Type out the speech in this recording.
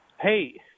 Hey